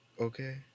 Okay